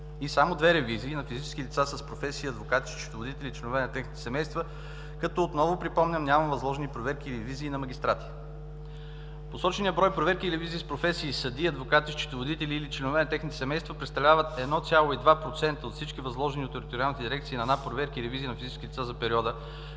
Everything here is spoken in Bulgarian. и само две ревизии на физически лица с професии адвокати, счетоводители и членове на техните семейства, като отново припомням, няма възложени проверки и ревизии на магистрати. Посоченият брой проверки и ревизии с професии съдии, адвокати, счетоводители или членове на техните семейства представляват 1,2% от всички възложени от Териториалните дирекции на НАП проверки и ревизии на физически лица за периода,